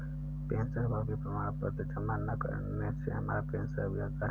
पेंशनभोगी प्रमाण पत्र जमा न करने से हमारा पेंशन रुक जाता है